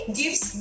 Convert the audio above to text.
gives